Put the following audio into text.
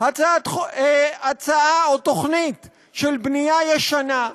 במגירה הצעה או תוכנית של בנייה ישנה,